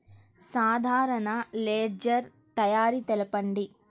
సాధారణ లెడ్జెర్ తయారి తెలుపండి?